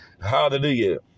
Hallelujah